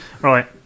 Right